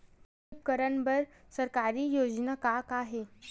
कृषि उपकरण बर सरकारी योजना का का हे?